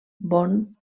bonn